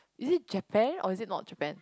is it Japan or is it not Japan